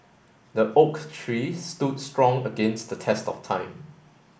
the oak tree stood strong against the test of time